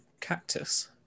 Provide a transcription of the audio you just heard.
cactus